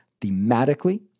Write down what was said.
thematically